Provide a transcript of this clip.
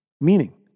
Meaning